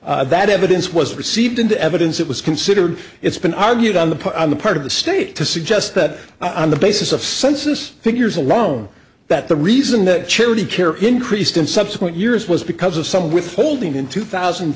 question that evidence was received into evidence it was considered it's been argued on the part on the part of the state to suggest that i'm the basis of census figures alone that the reason that charity care increased in subsequent years was because of some withholding in two thousand and